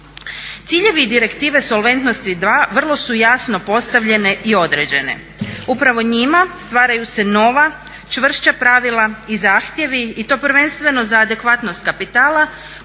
Ciljevi i Direktive solventnosti 2 vrlo su jasno postavljene i određene, upravo njima stvaraju se nova, čvršća pravila i zahtjevi i to prvenstveno za adekvatnost kapitala,